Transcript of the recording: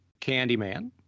Candyman